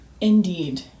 Indeed